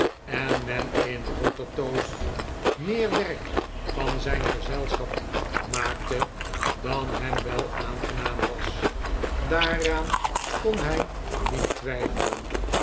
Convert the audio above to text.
en men in watertoast meer werk van zijn gezelschap maakte dan hem wel aangenaam was daaraan kon hij niet twijfelen